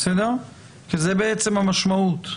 זאת בעצם המשמעות,